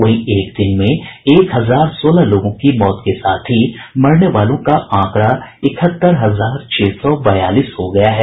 वहीं एक दिन में एक हजार सोलह लोगों की मौत के साथ ही मरने वालों का आंकड़ा इकहत्तर हजार छह सौ बयालीस हो गया है